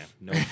no